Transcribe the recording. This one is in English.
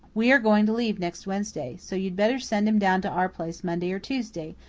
we are going to leave next wednesday so you'd better send him down to our place monday or tuesday,